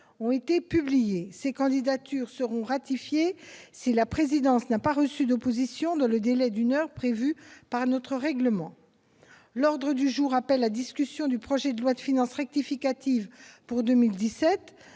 ont été publiées. Ces candidatures seront ratifiées si la présidence n'a pas reçu d'opposition dans le délai d'une heure prévu par notre règlement. L'ordre du jour appelle la discussion, à la demande du Gouvernement